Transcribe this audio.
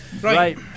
Right